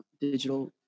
digital